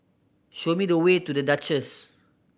show me the way to The Duchess